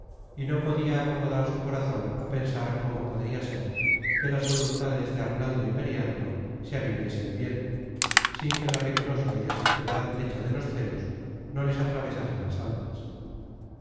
search generated at razon razon á pensar cómo podria ser que las voluntades de arnaldo y periandro se aviniesen bien sin que la rigurosa y desesperada flecha de los celos no les atravesase las almas